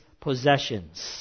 possessions